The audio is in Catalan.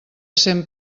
cent